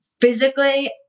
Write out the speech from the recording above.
physically